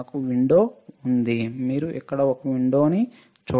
నాకు విండో ఉంది మీరు ఇక్కడ ఒక విండో చూడవచ్చు